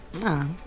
No